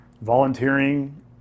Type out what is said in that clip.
volunteering